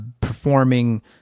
Performing